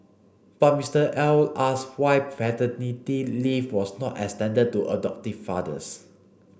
but Mister L asked why paternity leave was not extended to adoptive fathers